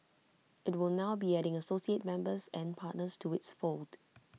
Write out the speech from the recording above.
IT will now be adding associate members and partners to its fold